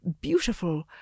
beautiful